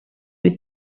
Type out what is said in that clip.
you